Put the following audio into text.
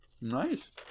Nice